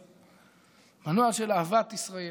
מנוע של ארץ ישראל,